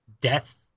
death